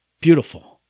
beautiful